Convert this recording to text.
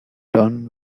done